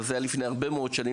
אבל זה היה לפני הרבה מאוד שנים,